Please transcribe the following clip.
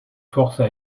forces